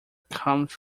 comes